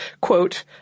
quote